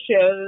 shows